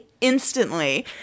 instantly